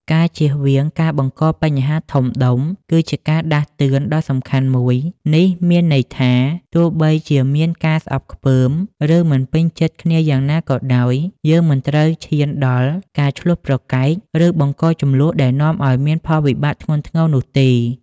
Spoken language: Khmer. ការជៀសវាងការបង្កបញ្ហាធំដុំ គឺជាការដាស់តឿនដ៏សំខាន់មួយ នេះមានន័យថា ទោះបីជាមានការស្អប់ខ្ពើម ឬមិនពេញចិត្តគ្នាយ៉ាងណាក៏ដោយ យើងមិនត្រូវឈានដល់ការឈ្លោះប្រកែក ឬបង្កជម្លោះដែលនាំឲ្យមានផលវិបាកធ្ងន់ធ្ងរនោះទេ។